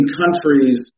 countries